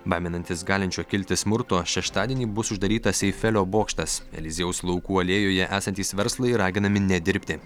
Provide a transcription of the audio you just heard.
baiminantis galinčio kilti smurto šeštadienį bus uždarytas eifelio bokštas eliziejaus laukų alėjoje esantys verslai raginami nedirbti